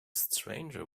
stranger